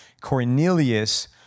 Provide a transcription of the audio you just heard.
Cornelius